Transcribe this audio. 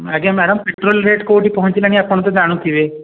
ଆଜ୍ଞା madam petrol rate କେଉଁଠି ପହଞ୍ଚଲାଣି ଆପଣ ତ ଜାଣୁଥିବେ